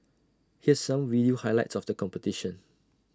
here's some video highlights of the competition